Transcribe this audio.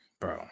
bro